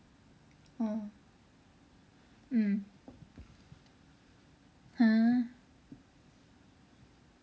oh mm !huh!